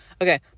okay